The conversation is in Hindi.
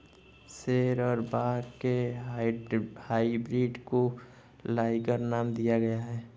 शेर और बाघ के हाइब्रिड को लाइगर नाम दिया गया है